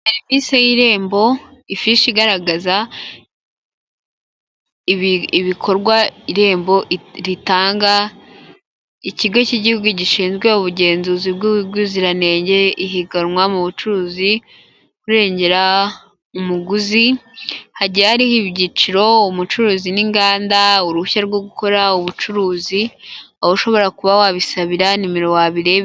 Serivisi y'irembo, ifishi igaragaza ibikorwa irembo ritanga, ikigo cy'igihugu gishinzwe ubugenzuzi bw'uziranenge ihiganwa mu bucuruzi bungera umuguzi, hagiye hariho ibyiciro, umucuruzi n'inganda, uruhushya rwo gukora ubucuruzi aho ushobora kuba wabisabira nimero wabireba.